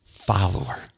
Follower